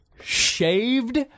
shaved